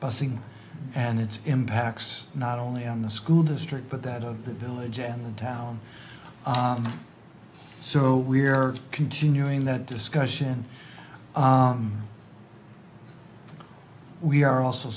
busing and its impacts not only on the school district but that of the village and the town so we are continuing that discussion we are also